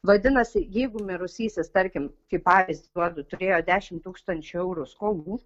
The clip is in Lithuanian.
vadinasi jeigu mirusysis tarkim kaip pavyzdį duodu turėjo dešimt tūkstančių eurų skolų